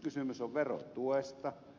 kysymys on verotuesta